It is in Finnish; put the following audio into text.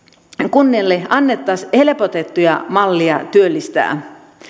kunnille annettaisiin helpotettuja malleja työllistää